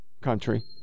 country